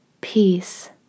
Peace